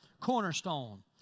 cornerstone